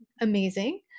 amazing